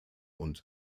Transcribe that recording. und